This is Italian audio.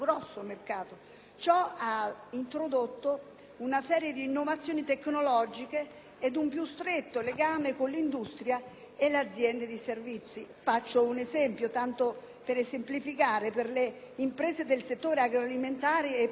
Ciò ha indotto una serie di innovazioni tecnologiche e un più stretto legame con l'industria e le aziende di servizi; tanto per esemplificare, per le imprese dei settori agroalimentare e prodotti tipici,